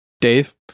Dave